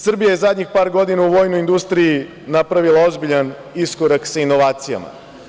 Srbija je zadnjih par godina u vojnoj industriji napravila ozbiljan iskorak sa inovacijama.